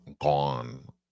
gone